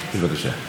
אדוני השר,